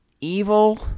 evil